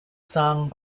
song